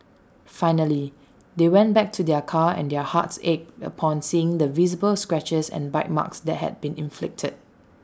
finally they went back to their car and their hearts ached upon seeing the visible scratches and bite marks that had been inflicted